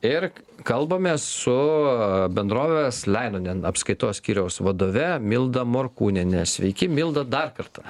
ir kalbamės su bendrovės leinonen apskaitos skyriaus vadove milda morkūniene sveiki milda dar kartą